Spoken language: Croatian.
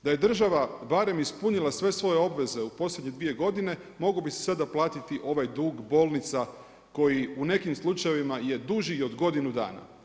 Da je država barem ispunila sve svoje obveze u posljednje dvije godine mogao bi se sada platiti ovaj dug bolnica koji u nekim slučajevima je duži i od godinu dana.